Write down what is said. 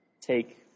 take